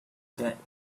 get